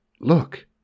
look